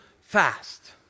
fast